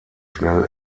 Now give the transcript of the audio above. schnell